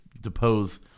depose